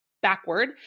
backward